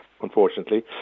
unfortunately